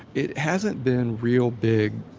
it hasn't been real big,